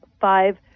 five